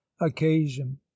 occasion